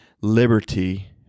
liberty